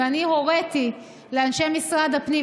ואני הוריתי לאנשי משרד הפנים,